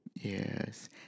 Yes